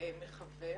מחבר